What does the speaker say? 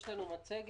יש לנו מצגת.